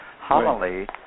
homily